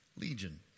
Legion